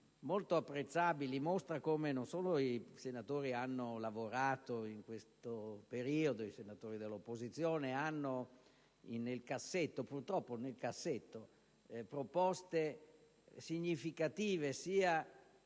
molto apprezzabili. Mostra che i senatori hanno lavorato in questo periodo, e che quelli dell'opposizione hanno nel cassetto - purtroppo nel cassetto - proposte significative nei